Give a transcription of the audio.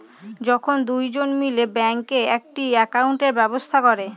যখন দুজন মিলে ব্যাঙ্কে একটি একাউন্টের ব্যবস্থা করে